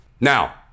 Now